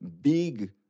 big